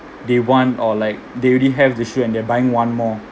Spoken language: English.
they want or like they already have the shoe and they're buying one more